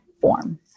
form